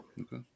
Okay